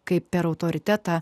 kaip per autoritetą